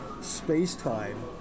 space-time